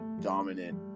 dominant